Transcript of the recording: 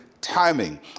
timing